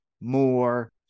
more